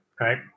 right